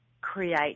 create